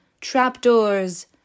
trapdoors